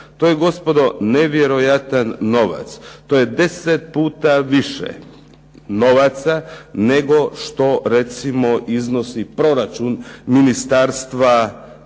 To je gospodo nevjerojatan novac, to je 10 puta više novaca nego što recimo iznosi proračun Ministarstva turizma